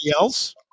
else